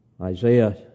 Isaiah